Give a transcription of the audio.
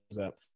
up